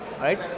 right